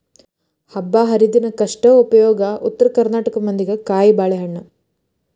ಹಬ್ಬಾಹರಿದಿನಕ್ಕ ಅಷ್ಟ ಉಪಯೋಗ ಉತ್ತರ ಕರ್ನಾಟಕ ಮಂದಿಗೆ ಕಾಯಿಬಾಳೇಹಣ್ಣ